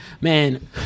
man